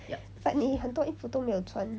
but 你很多衣服都没有穿